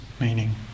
meaning